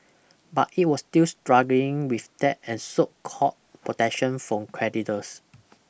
but it was still struggling with debt and sought court protection from creditors